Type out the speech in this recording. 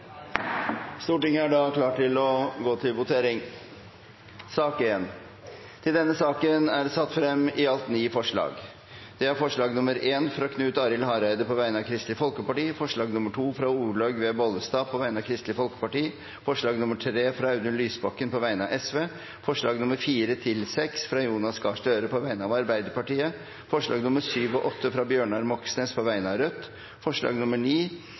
Stortinget. Det er de som skal arbeide for å få flertallsløsninger. Flere har ikke bedt om ordet til sak nr. 1. Da er vi klare til å gå til votering. Under debatten er det satt frem i alt ni forslag. Det er forslag nr. 1, fra Knut Arild Hareide på vegne av Kristelig Folkeparti forslag nr. 2, fra Olaug V. Bollestad på vegne av Kristelig Folkeparti forslag nr. 3, fra Audun Lysbakken på vegne av Sosialistisk Venstreparti forslagene nr. 4–6, fra Jonas Gahr Støre på vegne av Arbeiderpartiet forslagene nr. 7 og 8, fra Bjørnar Moxnes